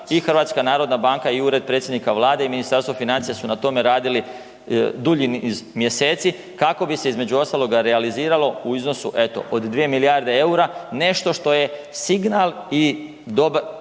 po prvi puta i HNB i Ured predsjednika Vlade i Ministarstvo financija su na tome radili dulji niz mjeseci kako bi se između ostaloga realiziralo u iznosu eto od 2 milijarde eura nešto što je signal i jaka